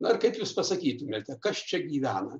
na kaip jūs pasakytumėt o kas čia gyvena